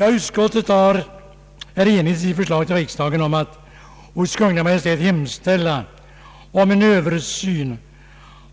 Inom utskottet har rått enighet om att riksdagen hos Kungl. Maj:t skall hemställa om en översyn